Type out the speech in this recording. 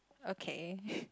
okay